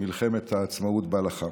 מלחמת העצמאות ולחם